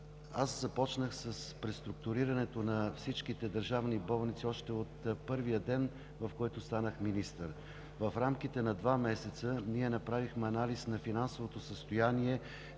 аз започнах с преструктурирането на всички държавни болници още от първия ден, в който станах министър. В рамките на два месеца ние направихме анализ на финансовото състояние,